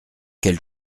quel